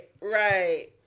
right